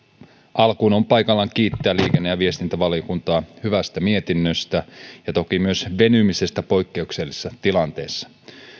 alkuun on paikallaan kiittää liikenne ja viestintävaliokuntaa hyvästä mietinnöstä ja toki myös venymisestä poikkeuksellisessa tilanteessa